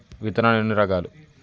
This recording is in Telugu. విత్తనాలు ఎన్ని రకాలు?